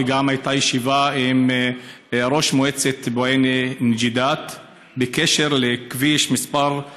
וגם הייתה ישיבה עם ראש מועצת בועיינה-נוגי'דאת בקשר לכביש מס' 785,